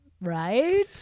Right